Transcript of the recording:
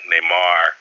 Neymar